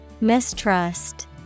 Mistrust